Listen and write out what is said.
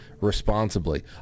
responsibly